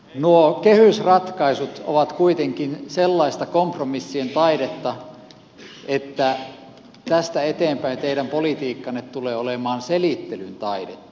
nuo kehysratkaisut ovat kuitenkin sellaista kompromissien taidetta että tästä eteenpäin teidän politiikkanne tulee olemaan selittelyn taidetta